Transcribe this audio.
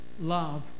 love